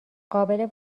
قابل